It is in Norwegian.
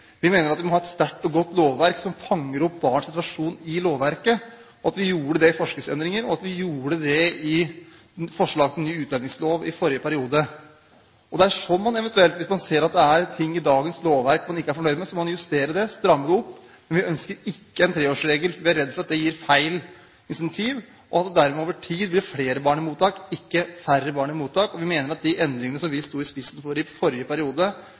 vi må ha et sterkt og godt lovverk som fanger opp barns situasjon i lovverket, og vi gjorde det i forskriftsendringer, og vi gjorde det i forslag til ny utlendingslov i forrige periode. Hvis man ser at det er ting i dagens lovverk man ikke er fornøyd med, så må man justere det, stramme det opp, men vi ønsker ikke en treårsregel, for vi er redd for at det gir feil incentiv, og at det dermed over tid blir flere barn i mottak, ikke færre barn i mottak. Vi mener at de endringene som vi sto i spissen for i forrige periode,